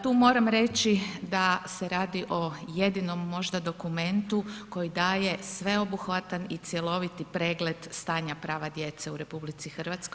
Tu moram reći da se radi o jedinom možda dokumentu koji daje sveobuhvatan i cjeloviti pregled stanja prava djece u RH.